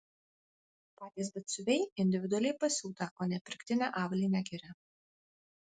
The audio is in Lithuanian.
patys batsiuviai individualiai pasiūtą o ne pirktinę avalynę giria